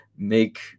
Make